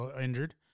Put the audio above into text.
injured